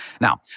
Now